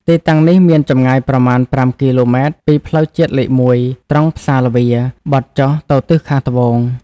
ទីតាំងនេះមានចម្ងាយប្រមាណ ៥ គីឡូម៉ែត្រពីផ្លូវជាតិលេខ ១ (ត្រង់ផ្សារល្វា) បត់ចុះទៅទិសខាងត្បូង។